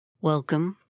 Welcome